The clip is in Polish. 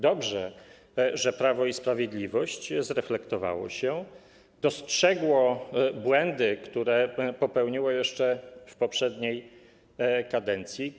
Dobrze, że Prawo i Sprawiedliwość zreflektowało się, dostrzegło błędy, które popełniło jeszcze w poprzedniej kadencji.